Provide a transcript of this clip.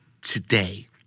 today